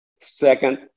second